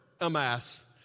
amass